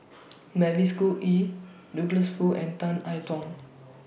Mavis Khoo Oei Douglas Foo and Tan I Tong